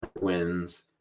wins